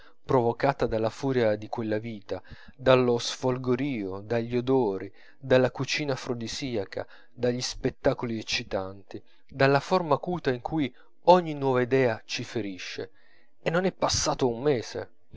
provocata dalla furia di quella vita dallo sfolgorio dagli odori dalla cucina afrodisiaca dagli spettacoli eccitanti dalla forma acuta in cui ogni nuova idea ci ferisce e non è passato un mese